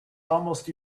almost